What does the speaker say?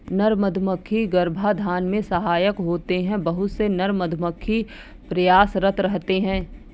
नर मधुमक्खी गर्भाधान में सहायक होते हैं बहुत से नर मधुमक्खी प्रयासरत रहते हैं